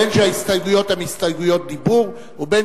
בין שההסתייגויות הן הסתייגויות דיבור ובין